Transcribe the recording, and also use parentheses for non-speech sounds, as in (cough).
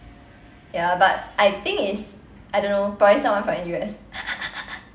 ya but I think it's I don't know probably someone from N_U_S (laughs)